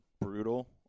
brutal